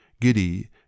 giddy